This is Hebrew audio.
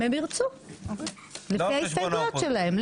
אם הם ירצו, לפי ההסתייגויות שלהם.